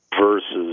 versus